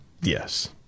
Yes